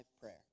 prayer